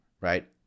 right